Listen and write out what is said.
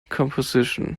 composition